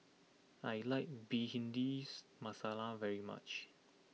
I like Bhindi Masala very much